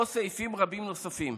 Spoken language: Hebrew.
או סעיפים רבים נוספים.